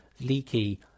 leaky